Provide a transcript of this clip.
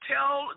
Tell